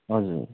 हजुर